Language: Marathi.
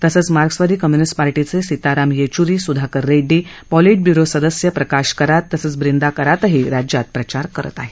तसंच मार्क्सवादी कम्युनिस्ट पार्टीचे सीताराम येच्वुरी सुधाकर रेङ्डी पोलीट ब्युरो सदस्य प्रकाश करात तसंच ब्रींदा करातही राज्यात प्रचार करत आहेत